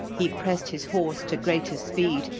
he pressed his horse to greater speed,